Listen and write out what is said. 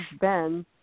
Ben